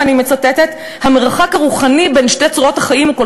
ואני מצטטת: המרחק הרוחני בין שתי צורות החיים הוא כל